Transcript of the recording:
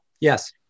Yes